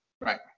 Right